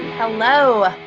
hello.